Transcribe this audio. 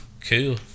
cool